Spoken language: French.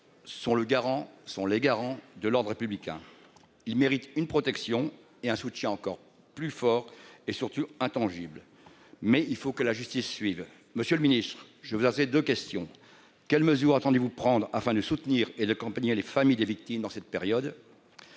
le garant, sont les garants de l'Ordre Républicain. Il mérite une protection et un soutien encore plus fort et surtout intangible. Mais il faut que la justice suive. Monsieur le Ministre, je veux dire c'est de questions, quelles mesures entendez-vous prendre afin de soutenir et de campagne et les familles des victimes dans cette période.